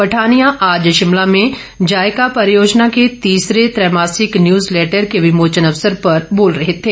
पठानिया आज शिमला में जाईका परियोजना की तीसरे त्रैमासिक न्यूज लैटर के विमोचन अवसर पर बोल रहे थे